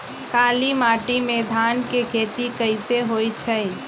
काली माटी में धान के खेती कईसे होइ छइ?